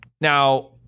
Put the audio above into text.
Now